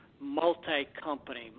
multi-company